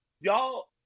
y'all